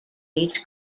each